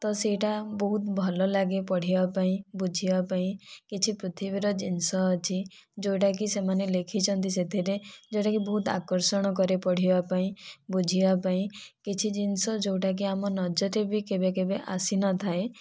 ତ ସେଇଟା ବହୁତ ଭଲ ଲାଗେ ପଢ଼ିବା ପାଇଁ ବୁଝିବା ପାଇଁ କିଛି ପୃଥିବୀର ଜିନିଷ ଅଛି ଯେଉଁଟା କି ସେମାନେ ଲେଖିଛନ୍ତି ସେଥିରେ ଯେଉଁଟା କି ବହୁତ ଆକର୍ଷଣ କରେ ପଢ଼ିବା ପାଇଁ ବୁଝିବା ପାଇଁ କିଛି ଜିନିଷ ଯେଉଁଟା କି ଆମର ନଜର ରେ ବି କେବେ କେବେ ଆସି ନଥାଏ